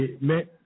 Mais